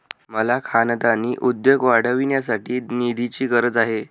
मला खानदानी उद्योग वाढवण्यासाठी निधीची गरज आहे